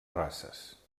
races